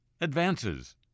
Advances